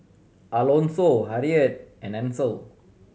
Alonso Harriett and Ansel